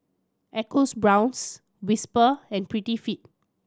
Whisper and Prettyfit